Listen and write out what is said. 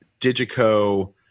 Digico